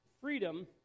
freedom